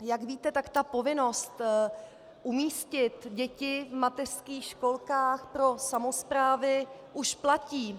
Jak víte, tak ta povinnost umístit děti v mateřských školkách pro samosprávy už platí.